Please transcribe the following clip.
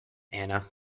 anna